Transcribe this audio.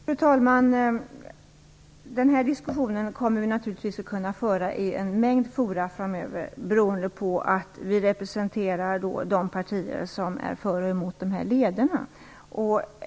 Fru talman! Denna diskussion kommer vi naturligtvis att kunna föra i en mängd fora framöver, beroende på att vi representerar de partier som är för alternativt mot lederna.